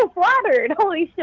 ah flattered. holy so